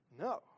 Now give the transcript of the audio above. No